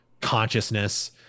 consciousness